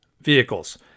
vehicles